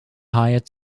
hired